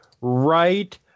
right